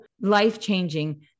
life-changing